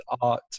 art